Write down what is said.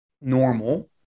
normal